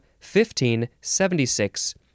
1576